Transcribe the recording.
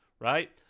right